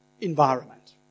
environment